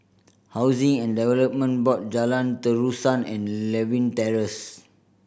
Housing and Development Board Jalan Terusan and Lewin Terrace